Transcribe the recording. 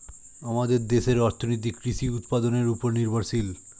আমাদের দেশের অর্থনীতি কৃষি উৎপাদনের উপর নির্ভরশীল